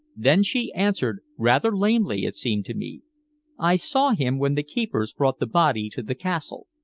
then she answered, rather lamely, it seemed to me i saw him when the keepers brought the body to the castle.